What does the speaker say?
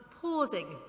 Pausing